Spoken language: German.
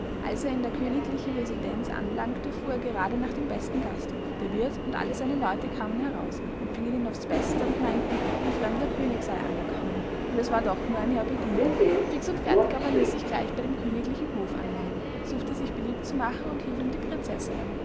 als er in der königlichen residenz anlangte fuhr er gerade nach dem besten gasthof der wirth und alle seine leute kamen heraus empfingen ihn aufs beste und meinten ein fremder könig sey angekommen und es war doch nur ein herr bedienter fix und fertig aber ließ sich gleich bei dem königlichen hof anmelden suchte sich beliebt zu machen und hielt um die prinzessin an